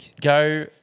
go